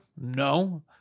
No